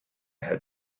had